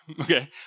Okay